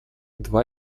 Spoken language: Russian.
два